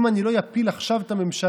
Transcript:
אם אני לא אפיל עכשיו את הממשלה,